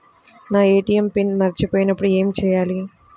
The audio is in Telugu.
నా ఏ.టీ.ఎం పిన్ మరచిపోయినప్పుడు ఏమి చేయాలి?